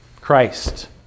Christ